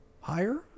higher